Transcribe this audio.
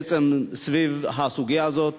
בעצם, סביב הסוגיה הזאת.